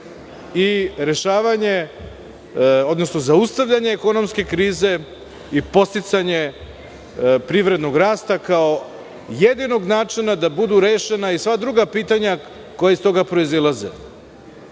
i rešavanje, odnosno zaustavljanje ekonomske krize i podsticanje privrednog rasta kao jedinog načina da budu rešena i sva druga pitanja koji iz toga proizilaze.